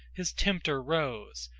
his tempter rose,